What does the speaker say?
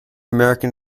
american